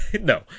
no